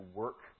work